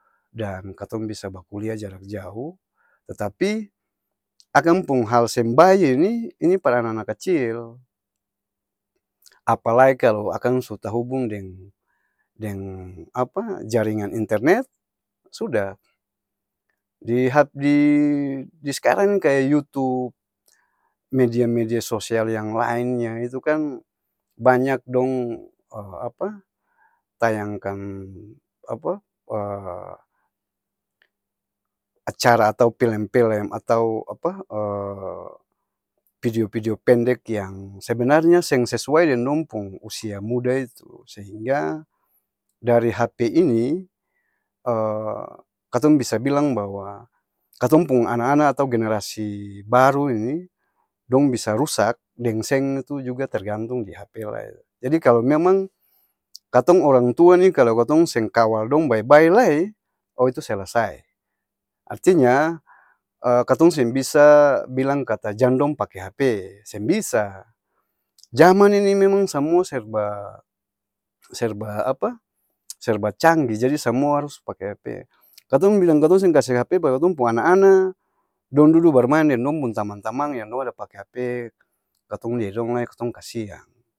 Dan katong bisa baku lia jarak jauh tetapi, akang pung hal seng bae ini, ini par ana-ana kacil, apalae kalo akang su tahubung deng, deng apa? Jaringan internet, sudah di hap di di-s'karang ni kaya yutup, media-media sosial yang laeng nya itu kan, banyak dong tayang kan apa? acara atau pelem-pelem atau apa? pideo-pideo pendek yang sebenarnya seng sesuai deng dong pung usia muda itu sehingga, dari hape ini katong bisa bilang bahwa, katong pung ana-ana atau generasi baru ini, dong bisa rusak deng seng itu juga tergantung di hape lae, jadi kalo memang, katong orang tua ni kalo katong seng kawal dong bae-bae lae, oo itu selesai, artinya katong seng bisa bilang kata jang dong pake hape, seng bisa jaman ini memang samua serba serba-apa? Serba canggih jadi semua harus pake hape, katong bilang katong seng kase hape par katong pung ana-ana, dong dudu barmaeng deng dong pung tamang-tamang yang dong ada pake hape, katong lia dong lae katong kasiang.